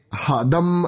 hadam